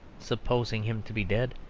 supposing him to be dead,